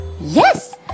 Yes